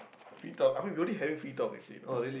have we talk I mean we only having free talk actually you know